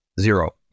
zero